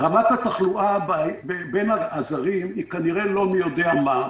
רמת התחלואה בין הזרים היא כנראה לא מי-יודע-מה.